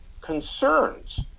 concerns